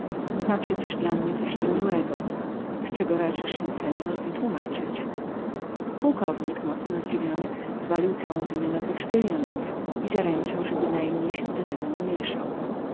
ma przecież dla mnie coś niemiłego z czego raczysz się pan wytłumaczyć pułkownik mocno zdziwiony zwalił całą winę na pocztylionów i zaręczał że bynajmniej się do tego nie mięszał